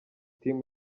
team